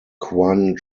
quan